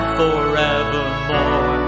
forevermore